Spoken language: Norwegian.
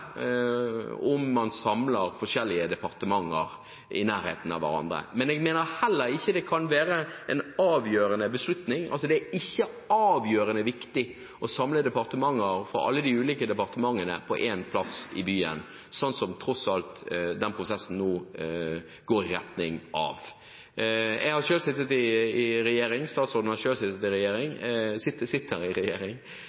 om man samler forskjellige departementer i nærheten av hverandre. Men jeg mener det heller ikke kan være avgjørende viktig å samle alle de ulike departementene på én plass i byen, slik som denne prosessen nå går i retning av. Jeg har selv sittet i regjering, statsråden sitter selv i regjeringen, og vi vet at det gjør ingenting om ting er tett, men om det ikke er tett, er det heller ingen avgjørende ulempe i